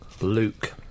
Luke